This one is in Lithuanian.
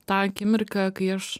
tą akimirką kai aš